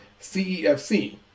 CEFC